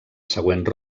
següent